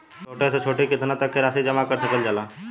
छोटी से छोटी कितना तक के राशि जमा कर सकीलाजा?